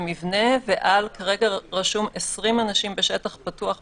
במבנה ועל כרגע כתוב: 20 זה ישונה: 30 אנשים בשטח פתוח,